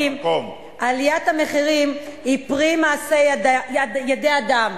עליית המחירים היא פרי מעשה ידי אדם,